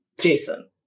Jason